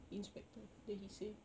inspector then he say